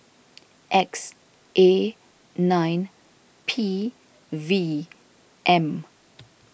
X A nine P V M